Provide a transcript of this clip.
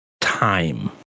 time